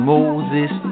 Moses